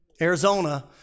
Arizona